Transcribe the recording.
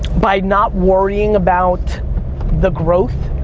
by not worrying about the growth.